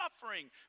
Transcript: suffering